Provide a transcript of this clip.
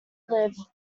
live